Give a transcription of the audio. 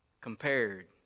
compared